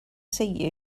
see